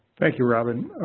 thank you, robyn.